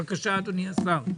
בבקשה, אדוני השר.